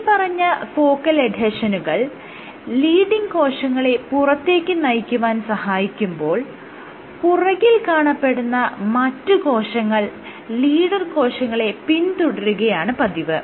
മേല്പറഞ്ഞ ഫോക്കൽ എഡ്ഹെഷനുകൾ ലീഡിങ് കോശങ്ങളെ പുറത്തേക്ക് നയിക്കുവാൻ സഹായിക്കുമ്പോൾ പുറകിൽ കാണപ്പെടുന്ന മറ്റ് കോശങ്ങൾ ലീഡർ കോശങ്ങളെ പിന്തുടരുകയാണ് പതിവ്